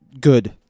good